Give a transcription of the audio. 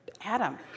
Adam